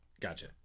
Gotcha